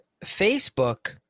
Facebook